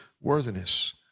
worthiness